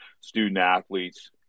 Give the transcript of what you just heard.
student-athletes